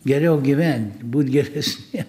geriau gyvent būt geresnie